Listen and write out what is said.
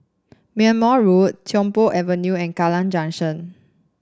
Belmont Road Tiong Poh Avenue and Kallang Junction